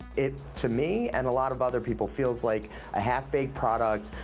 it to me and a lot of other people feels like a half baked product.